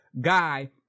guy